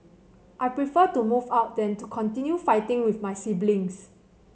I prefer to move out than to continue fighting with my siblings